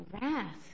wrath